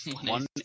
one